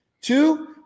Two